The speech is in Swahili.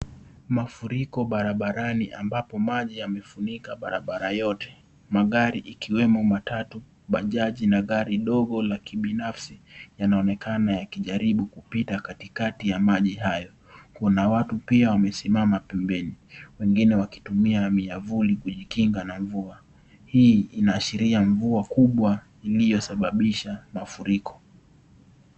Mafuriko barabarani ambapo maji yamefunika barabara yote. Magari ikiwemo matatu, bajaji na gari ndogo la kibinafsi yanaonekana ya kijaribu kupita katikati ya maji hayo. Kuna watu pia wamesimama pembeni. Wengine wakitumia miavuli kujikinga na mvua. Hii inaashiria mvua kubwa iliyosabibisha mafuriko.